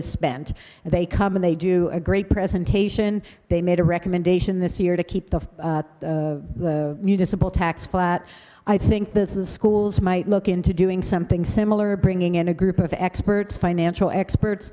is spent and they come in they do a great presentation they made a recommendation this year to keep the municipal tax flat i think this is schools might look into doing something similar bringing in a group of experts financial experts